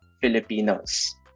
Filipinos